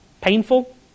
Painful